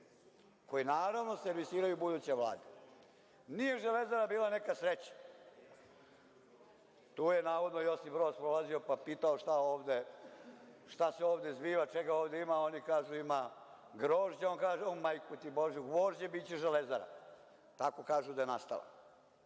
koji naravno servisiraju buduće vlade. Nije „Železara“ bila neka sreća, tu je navodno Josip Broz prolazio pa pitao - šta se ovde zbiva, čega ovde ima? A oni kažu - ima grožđa, a on kaže - majku ti božiju, gvožđe biće „Železara“. Tako kažu da je nastala.